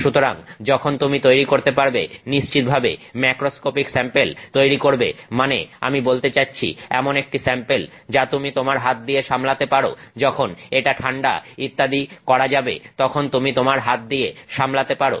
সুতরাং যখন তুমি তৈরি করতে পারবে নিশ্চিতভাবে ম্যাক্রোস্কোপিক স্যাম্পেল তৈরি করবে মানে আমি বলতে চাচ্ছি এমন একটি স্যাম্পেল যা তুমি তোমার হাত দিয়ে সামলাতে পারো যখন এটা ঠান্ডা ইত্যাদি করা হবে তখন তুমি তোমার হাত দিয়ে সামলাতে পারো